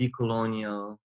decolonial